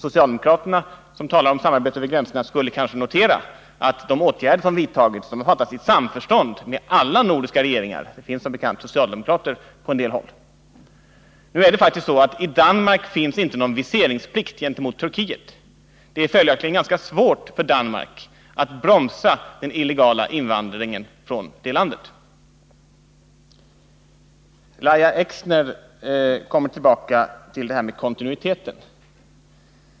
Socialdemokraterna, som talar om samarbete över gränserna, borde kanske notera att de åtgärder som vidtagits har genomförts i samförstånd med alla de nordiska regeringarna. I en del av dem finns det som bekant socialdemokrater. Nu är det faktiskt så att det i Danmark inte finns någon viseringsplikt gentemot Turkiet. Det är följaktligen ganska svårt för Danmark att bromsa den illegala invandringen från det landet. Lahja Exner kom tillbaka till detta med kontinuiteten.